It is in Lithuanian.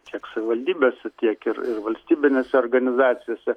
tiek savivaldybėse tiek ir ir valstybinėse organizacijose